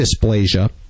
dysplasia